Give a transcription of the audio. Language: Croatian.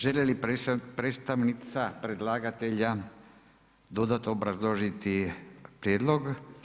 Želi li predstavnica predlagatelja dodatno obrazložiti prijedlog?